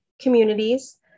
communities